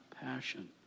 passion